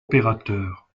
opérateurs